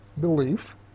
belief